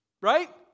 right